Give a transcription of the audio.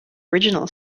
original